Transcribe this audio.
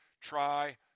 try